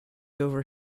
over